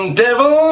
devil